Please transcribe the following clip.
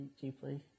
deeply